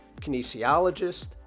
kinesiologist